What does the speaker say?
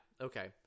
okay